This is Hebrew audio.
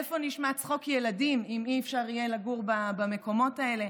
איפה נשמע צחוק ילדים אם לא יהיה אפשר לגור במקומות האלה?